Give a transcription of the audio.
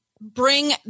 bring